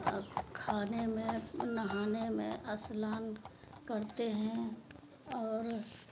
کھانے میں نہانے میں اسلان کرتے ہیں اور